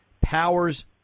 powers